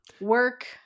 work